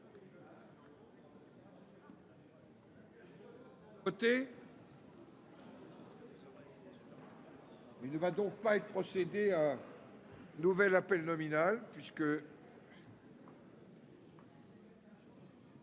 Il ne va donc pas être procédé. Nouvel appel nominal puisque.